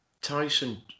Tyson